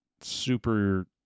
super